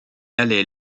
allait